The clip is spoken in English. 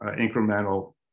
incremental